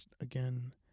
again